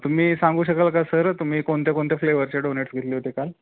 तुम्ही सांगू शकाल का सर तुम्ही कोणत्या कोणत्या फ्लेवरचे डोनेट्स घेतले होते काल